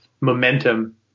momentum